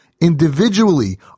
individually